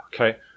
Okay